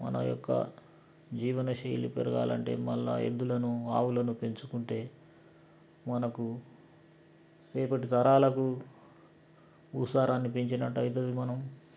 మన యొక్క జీవన శైలి పెరగాలంటే మళ్ళీ ఎద్దులను ఆవులను పెంచుకుంటే మనకు రేపటి తరాలకు భూ సారాన్ని పెంచినట్టయితది మనం